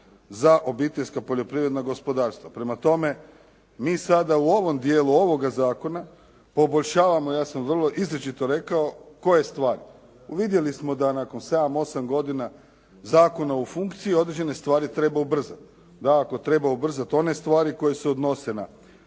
za obiteljska poljoprivredna gospodarstva. Prema tome, mi sada u ovom dijelu ovoga zakona poboljšavamo, ja sam vrlo izričito rekao koje stvari. Uvidjeli smo da nakon 7, 8 godina zakona u funkciji određene stvari treba ubrzati, da ako treba ubrzati one stvari koje se odnose na